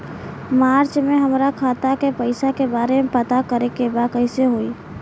मार्च में हमरा खाता के पैसा के बारे में पता करे के बा कइसे होई?